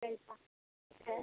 ஓகேங்க sir sir